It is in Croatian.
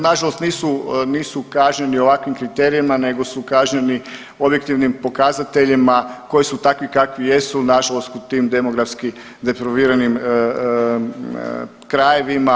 Nažalost nisu, nisu kažnjeni ovakvim kriterijima nego su kažnjeni objektivnim pokazateljima koji su takvi kakvi jesu nažalost u tim demografski depriviranim krajevima.